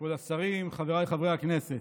כבוד השרים, חבריי חברי הכנסת,